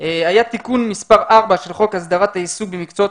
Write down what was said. היה תיקון מספר 4 של חוק הסדרת העיסוק במקצועות